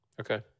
Okay